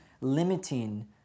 limiting